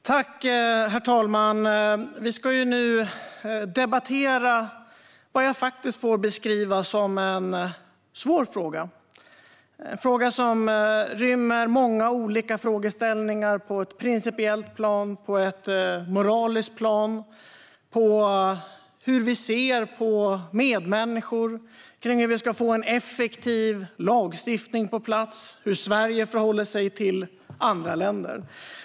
Herr talman! Vi ska nu debattera vad jag faktiskt får beskriva som en svår fråga. Det är en fråga som rymmer många olika frågeställningar på ett principiellt plan och på ett moraliskt plan. Det handlar om hur vi ser på medmänniskor, om hur vi ska få en effektiv lagstiftning på plats och om hur Sverige förhåller sig till andra länder.